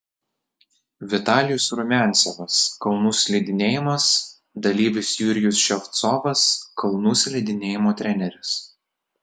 vitalijus rumiancevas kalnų slidinėjimas dalyvis jurijus ševcovas kalnų slidinėjimo treneris